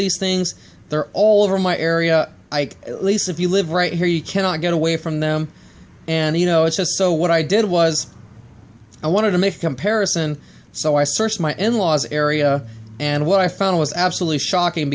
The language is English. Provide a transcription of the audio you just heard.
these things they're all over my area ike at least if you live right here you cannot get away from them and you know it's just so what i did was i wanted to make a comparison so i searched my in laws area and what i found was absolutely shocking